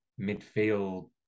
midfield